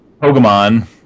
Pokemon